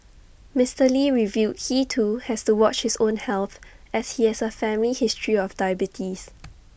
Mister lee revealed he too has to watch his own health as he has A family history of diabetes